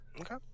Okay